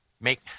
Make